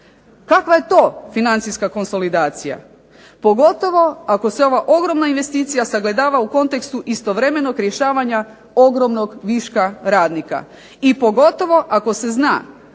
Kakva je to financijska konsolidacija? Pogotovo ako se ova ogromna investicija sagleda u kontekstu istovremenog rješavanja ogromnog viška radnika, i pogotovo ako se zna